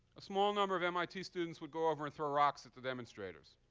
a small number of mit students would go over and throw rocks at the demonstrators.